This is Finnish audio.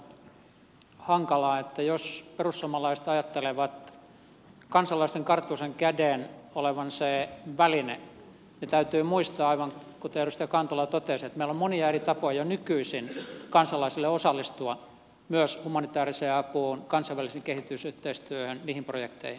tämä kehitysyhteistyöasia on sillä tavalla hankala että jos perussuomalaiset ajattelevat kansalaisten karttuisan käden olevan se väline niin täytyy muistaa aivan kuten edustaja kantola totesi että meillä on monia eri tapoja jo nykyisin kansalaisille osallistua myös humanitaariseen apuun kansainväliseen kehitysyhteistyöhön niihin projekteihin